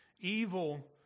evil